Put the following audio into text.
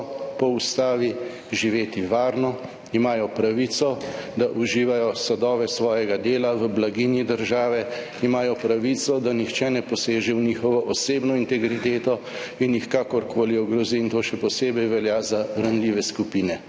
po ustavi živeti varno, imajo pravico, da uživajo sadove svojega dela v blaginji države, imajo pravico, da nihče ne poseže v njihovo osebno integriteto in jih kakorkoli ogrozi. In to še posebej velja za ranljive skupine.